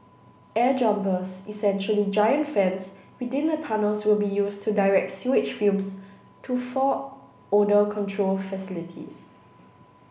air jumpers essentially giant fans within the tunnels will be used to direct sewage fumes to four odour control facilities